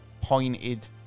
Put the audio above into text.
pointed